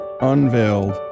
unveiled